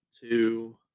two